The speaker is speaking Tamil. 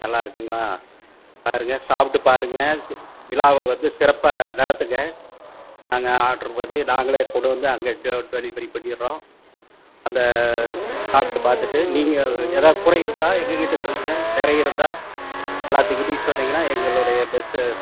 நல்லா இருக்குங்களா பாருங்கள் சாப்பிட்டு பாருங்கள் விழாவ வந்து சிறப்பாக நடத்துங்க நாங்கள் ஆர்ட்ரு பண்ணி நாங்களே கொண்டு வந்து அங்கே டோர் டெலிவரி பண்ணிடுறோம் அந்த சாப்பிட்டு பார்த்துட்டு நீங்கள் எதாவது குறை இருந்தால் எங்கள்கிட்ட சொல்லுங்கள் நிறையிருந்தா எல்லாத்துக்கிட்டையும் சொன்னிங்கன்னா எங்களுடைய மெஸ்ஸு